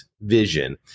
vision